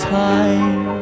time